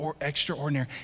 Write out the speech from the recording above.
extraordinary